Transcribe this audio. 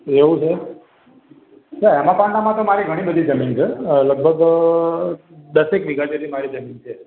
એવું છે અચ્છા હેમાકોન્ડામાં તો મારી ઘણી બધી જમીન છે લગભગ દસેક વીઘા જેટલી મારી જમીન છે